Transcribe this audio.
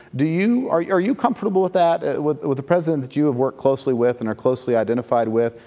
do you are are you comfortable with that, with with the president that you have worked closely with and are closely identified with,